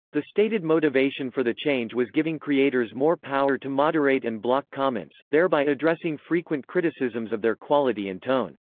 the stated motivation for the change was giving creators more power to moderate and block comments, thereby addressing frequent criticisms of their quality and tone.